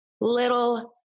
little